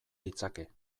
ditzake